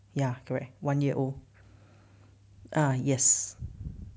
ya correct one year old ah yes